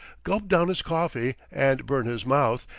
gulped down his coffee and burned his mouth,